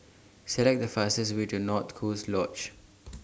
Select The fastest Way to North Coast Lodge